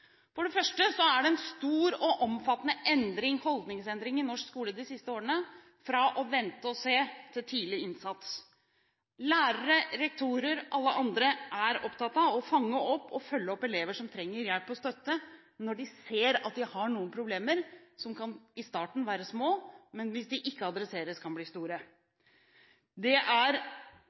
For det første har det vært en stor og omfattende holdningsendring i norsk skole de siste årene, fra å vente og se til tidlig innsats. Lærere, rektorer og alle andre er opptatt av å fange opp og følge opp elever som trenger hjelp og støtte, når de ser at de har noen problemer, som i starten kan være små, men som, hvis de ikke adresseres, kan bli store. Det er